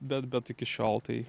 bet bet iki šiol tai